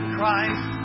Christ